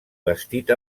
bastit